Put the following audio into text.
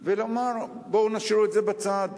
ולומר: בואו נשאיר את זה בצד.